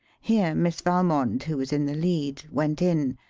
here miss valmond, who was in the lead, went in,